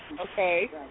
okay